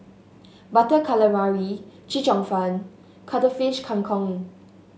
Butter Calamari Chee Cheong Fun Cuttlefish Kang Kong